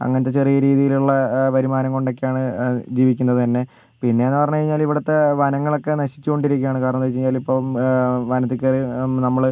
അങ്ങനത്തെ ചെറിയ രീതിയിലുള്ള വരുമാനം കൊണ്ടൊക്കെയാണ് ജീവിക്കുന്നത് തന്നെ പിന്നെയെന്ന് പറഞ്ഞുകഴിഞ്ഞാൽ ഇവിടുത്തെ വനങ്ങളൊക്കെ നശിച്ചുകൊണ്ടിരിക്കുകയാണ് കാരണമെന്ന് വച്ചാലിപ്പം ഇപ്പം വനത്തിൽ കയറി നമ്മൾ